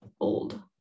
old